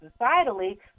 societally